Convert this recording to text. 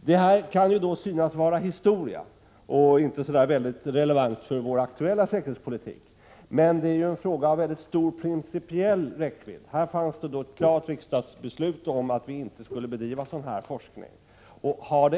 Detta kan nu synas vara historia och inte så väldigt relevant för vår aktuella säkerhetspolitik. Men det är en fråga av mycket stor principiell räckvidd. Det fattades ett klart riksdagsbeslut om att kärnvapenforskning inte skulle bedrivas. Har sådan forskning